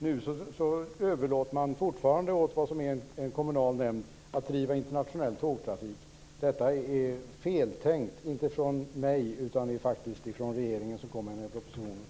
Nu överlåter man fortfarande åt vad som är en kommunal nämnd att driva internationell tågtrafik. Det är feltänkt - inte från mig, utan från regeringen som kommer med propositionen.